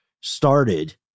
started